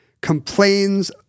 complains